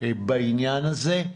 בעניין הזה.